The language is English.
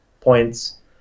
points